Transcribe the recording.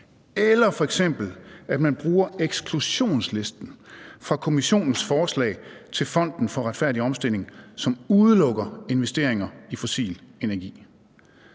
eller f.eks. at man bruger eksklusionslisten fra Kommissionens forslag til Fonden for Retfærdig Omstilling, som udelukker investeringer i fossil energi?